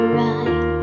right